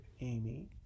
Amy